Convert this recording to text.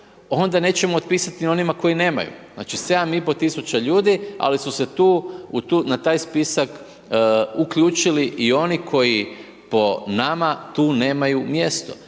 onda nećemo otpisati onima koji nemaju. Znači 7,5 tisuća ljudi, sli su se tu na taj spisak uključili i oni koji po nama tu nemaju mjesto.